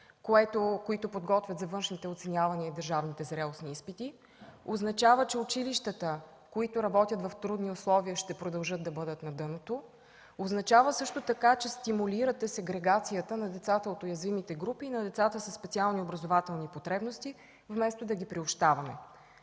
които подготвят за външните оценявания и държавните зрелостни изпити. Означава, че училищата, които работят в трудни условия, ще продължат да бъдат на дъното. Означава също така, че стимулирате сегрегацията на децата от уязвимите групи и на децата със специални образователни потребности, вместо да ги приобщаваме.